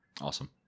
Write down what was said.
Awesome